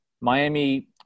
Miami